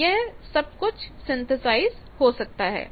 तो यह सब कुछ सिंथेसाइज हो सकता है